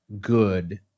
good